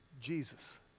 Jesus